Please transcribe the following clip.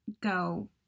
go